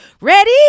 ready